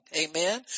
Amen